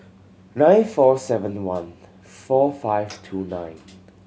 nine four seven one four five two nine